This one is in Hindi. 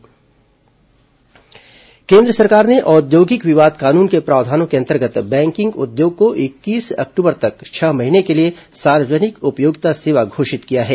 कोरोना बैंकिंग उद्योग निर्देश केन्द्र सरकार ने औद्योगिक विवाद कानून के प्रावधानों के अंतर्गत बैंकिंग उद्योग को इक्कीस अक्टूबर तक छह महीने के लिये सार्वजनिक उपयोगिता सेवा घोषित किया है